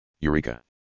Eureka